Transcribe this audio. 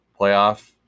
playoff